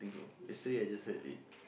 yesterday I just heard it